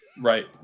Right